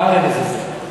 מה הרמז הזה?